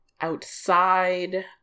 outside